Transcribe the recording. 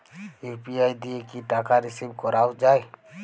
UPI দিয়ে কি টাকা রিসিভ করাও য়ায়?